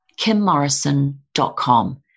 KimMorrison.com